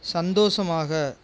சந்தோஷமாக